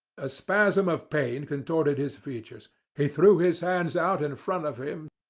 a spasm of pain contorted his features he threw his hands out in front of him,